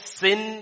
sin